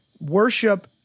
Worship